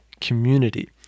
community